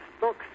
Books